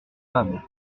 femme